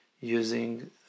using